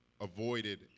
avoided